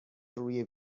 روی